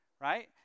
right